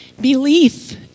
Belief